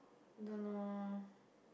don't know